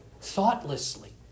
thoughtlessly